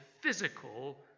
physical